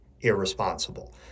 irresponsible